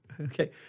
okay